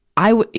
i wa,